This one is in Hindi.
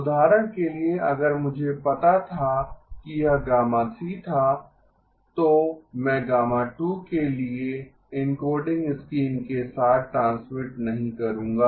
उदाहरण के लिए अगर मुझे पता था कि यह γ3 था तो मैं γ2 के लिए एन्कोडिंग स्कीम के साथ ट्रांसमिट नहीं करूंगा